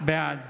בעד